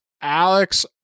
Alex